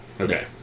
Okay